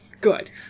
good